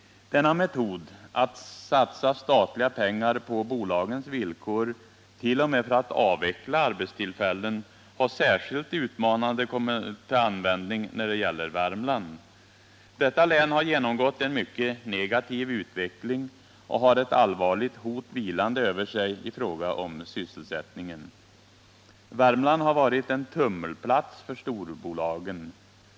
Denna metod att satsa statliga pengar på bolagens villkor, t.o.m. för att avveckla arbetstillfällen, har särskilt utmanande kommit till användning när det gäller Värmland. Detta län har genomgått en mycket negativ utveckling och har ett allvarligt hot vilande över sig i fråga om sysselsättningen. Värmland har varit en tummelplats för storbolagen.